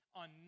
on